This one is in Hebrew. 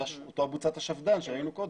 אותה בוצת השפד"ן שראינו קודם.